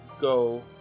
Go